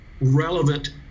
relevant